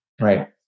right